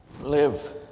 Live